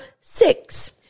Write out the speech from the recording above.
six